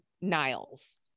Niles